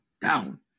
down